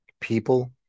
People